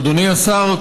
אדוני השר,